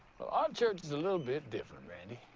ah um church is a little bit different, randy.